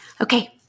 Okay